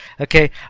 okay